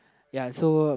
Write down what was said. ya so